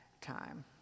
time